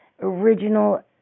original